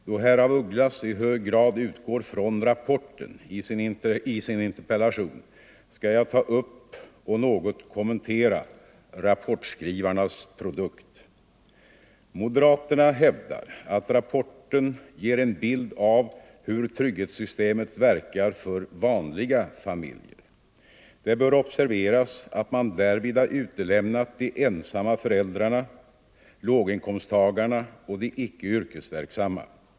Då herr af Ugglas i hög grad utgår från rapporten i sin interpellation skall jag ta upp och något kommentera rapportskrivarnas produkt. Moderaterna hävdar att rapporten ger en bild av hur trygghetssystemet verkar för ”vanliga familjer”. Det bör observeras att man därvid har utelämnat de ensamma föräldrarna, låginkomsttagarna och de icke yrkesverksamma.